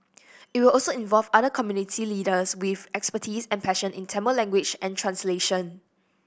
it will also involve other community leaders with expertise and passion in Tamil language and translation